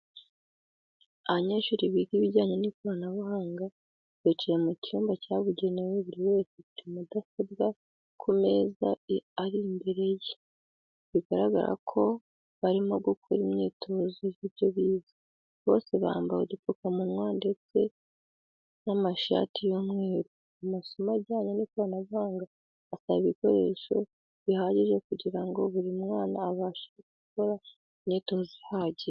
Abanyeshuri biga ibijyanye n'ikoranabuhanga bicaye mu cyumba cyabugenewe buri wese afite mudasobwa ku meza ari imbere ye bigaragara ko barimo gukora imyitozo y'ibyo bize, bose bambaye udupfukamunwa ndetse n'amashati y'umweru. Amasomo ajyanye n'ikoranabuhanga asaba ibikoreso bihagije kugirango buri mwana abashe gukora imyitozo ihagije.